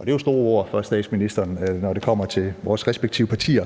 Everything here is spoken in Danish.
det er jo store ord fra statsministeren, når det kommer til vores respektive partier.